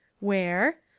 where?